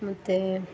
ಮತ್ತು